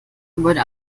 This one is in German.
gebäude